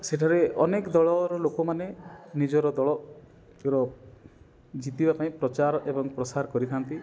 ସେଠାରେ ଅନେକ ଦଳର ଲୋକମାନେ ନିଜର ଦଳର ଜିତିବାପାଇଁ ପ୍ରଚାର ଏବଂ ପ୍ରସାର କରିଥାନ୍ତି